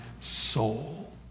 soul